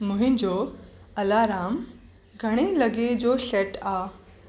मुंहिंजो अलाराम घणे लॻे जो शेट आहे